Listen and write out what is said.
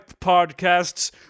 podcasts